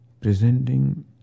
presenting